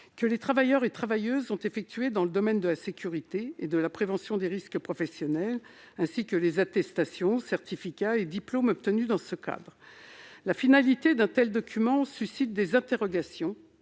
que les travailleurs et travailleuses ont effectuées dans le domaine de la sécurité et de la prévention des risques professionnels ainsi que les attestations, certificats et diplômes obtenus dans ce cadre. L'existence d'un tel document suscite des craintes